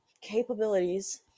capabilities